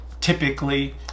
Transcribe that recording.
typically